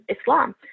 Islam